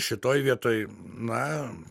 šitoj vietoj na